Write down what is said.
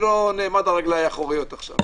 אני לא נעמד על רגליי האחוריות עכשיו,